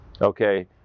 okay